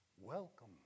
Welcome